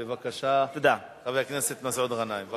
בבקשה, חבר הכנסת מסעוד גנאים.